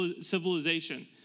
civilization